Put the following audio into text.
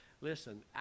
Listen